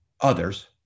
others